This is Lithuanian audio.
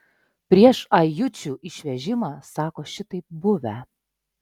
prieš ajučių išvežimą sako šitaip buvę